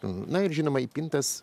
na ir žinoma įpintas